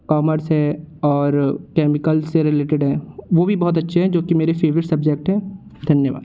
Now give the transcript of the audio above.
commerce है और chemicals से रिलेटेड हैं वह भी बहुत अच्छे हैं जो कि मेरे फे़वरेट सब्जेक्ट हैं धन्यवाद